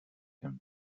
him